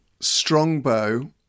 Strongbow